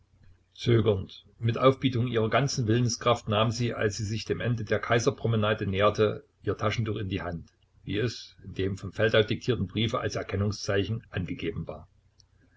zögernd mit aufbietung ihrer ganzen willenskraft nahm sie als sie sich dem ende der kaiserpromenade näherte ihr taschentuch in die hand wie es in dem von feldau diktierten briefe als erkennungszeichen angegeben war